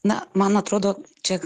na man atrodo čia